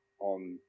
on